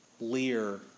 Lear